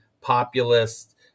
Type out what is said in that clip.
populist